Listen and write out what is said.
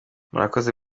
murakoze